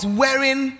wearing